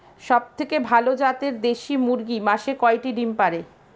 সবথেকে ভালো জাতের দেশি মুরগি মাসে কয়টি ডিম পাড়ে?